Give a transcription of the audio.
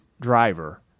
driver